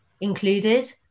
included